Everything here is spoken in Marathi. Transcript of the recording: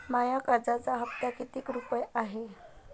माया कर्जाचा हप्ता कितीक रुपये हाय?